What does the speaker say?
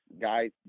Guys